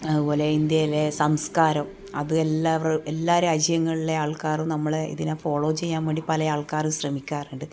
അതുപോലെ ഇന്ത്യയിലെ സംസ്കാരം അത് എല്ലാ എല്ലാ രാജ്യങ്ങളിലെ ആൾക്കാറും നമ്മളെ ഇതിനെ ഫോളോ ചെയ്യാൻ വേണ്ടി പല ആൾക്കാരും ശ്രമിക്കാറുണ്ട്